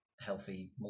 healthy